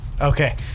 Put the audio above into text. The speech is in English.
Okay